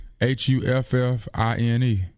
H-U-F-F-I-N-E